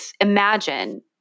imagine